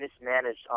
mismanaged